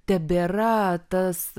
tebėra tas